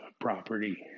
property